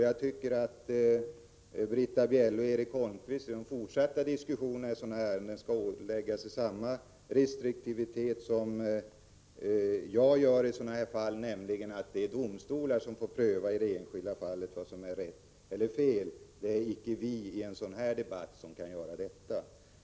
Jag tycker att Britta Bjelle och Erik Holmkvist i den fortsatta diskussionen om dessa ärenden skall ålägga sig samma restriktivitet som jag ålägger mig i sådana här avseenden. Jag hävdar nämligen att det är domstolarna som i det enskilda fallet får pröva vad som är rätt eller fel. Vi kan icke i en debatt av det här slaget göra detta.